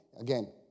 Again